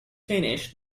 finish